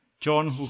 John